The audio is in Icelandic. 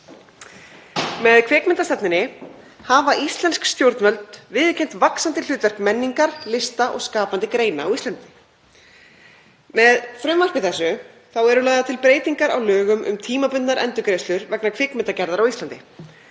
Með kvikmyndastefnunni hafa íslensk stjórnvöld viðurkennt vaxandi hlutverk menningar, lista og skapandi greina á Íslandi. Með frumvarpinu eru lagðar til breytingar á lögum um tímabundnar endurgreiðslur vegna kvikmyndagerðar á Íslandi.